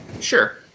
Sure